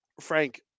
Frank